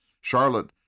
Charlotte